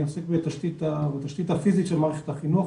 אני עוסק בתשתית הפיזית של מערכת החינוך.